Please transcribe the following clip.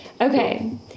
Okay